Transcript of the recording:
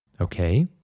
Okay